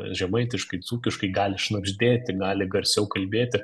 žemaitiškai dzūkiškai gali šnabždėti gali garsiau kalbėti